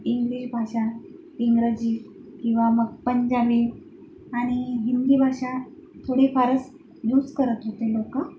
हिंदी भाषा इंग्रजी किंवा मग पंजाबी आणि हिंदी भाषा थोडीफारच युज करत होते लोक